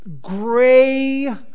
gray